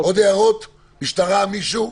עוד הערות, משטרה, מישהו?